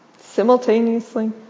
simultaneously